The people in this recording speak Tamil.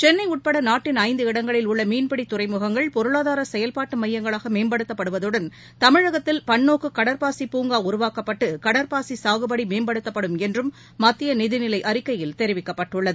சென்னை உட்பட நாட்டின் ஐந்து இடங்களில் உள்ள மீன்பிடித் துறைமுகங்கள் பொருளாதார செயல்பாட்டு மையங்களாக மேம்படுத்தப்படுவதுடன் தமிழகத்தில் பன்நோக்கு கடற்பாசி பூங்கா உருவாக்கப்பட்டு கடற்பாசி சாகுபடி மேம்படுத்தப்படும் என்றும் மத்திய நிதிநிலை அறிக்கையில் தெரிவிக்கப்பட்டுள்ளது